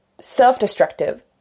self-destructive